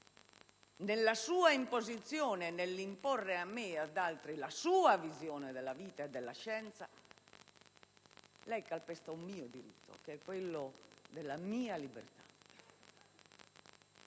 nella sua imposizione, nell'imporre a me e ad altri la sua visione della vita e della scienza, lei calpesta un mio diritto, cioè quello della mia libertà.